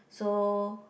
so